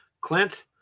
Clint